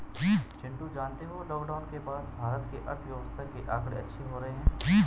चिंटू जानते हो लॉकडाउन के बाद भारत के अर्थव्यवस्था के आंकड़े अच्छे हो रहे हैं